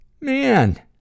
man